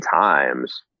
times